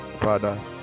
father